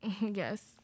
Yes